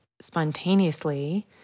spontaneously